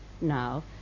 now